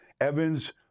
Evans